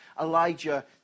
Elijah